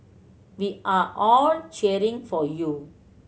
we are all cheering for you